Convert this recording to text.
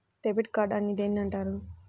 Debit card అని దేనిని అంటారు?